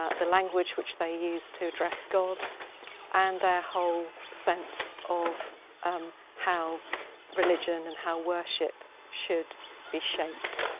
ah the language which they use to address god and their whole sense of um how religion and how worship should be shaped.